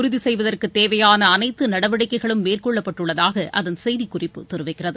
உறுதி தேவையான இதனை அனைத்து நடவடிக்கைகளும் மேற்கொள்ளப்பட்டுள்ளதாக அதன் செய்திக் குறிப்பு தெரிவிக்கிறது